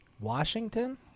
Washington